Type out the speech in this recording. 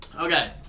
Okay